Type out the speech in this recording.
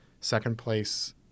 second-place